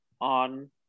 on